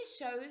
shows